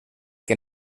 que